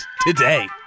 today